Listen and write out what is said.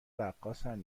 رقاصن